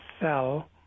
sell